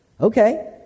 okay